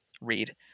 read